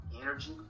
energy